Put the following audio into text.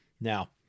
Now